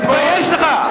תתבייש לך.